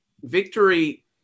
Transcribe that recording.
victory